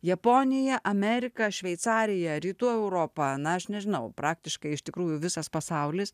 japonija amerika šveicarija rytų europa na aš nežinau praktiškai iš tikrųjų visas pasaulis